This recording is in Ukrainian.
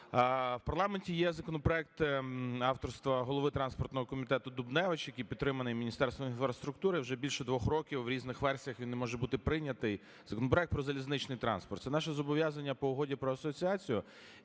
В парламенті є законопроект авторства голови транспортного комітету Дубневича, який підтриманий Міністерством інфраструктури. Вже більше двох років у різних версіях він не може бути прийнятий, проект про залізничний транспорт. Це наше зобов'язання по Угоді про асоціацію,